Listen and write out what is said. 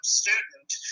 student